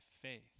faith